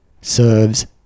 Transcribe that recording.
serves